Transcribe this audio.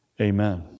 Amen